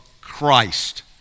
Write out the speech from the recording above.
Christ